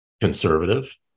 Conservative